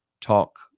talk